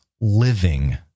living